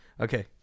Okay